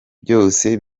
byose